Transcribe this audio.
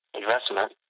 investment